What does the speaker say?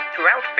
Throughout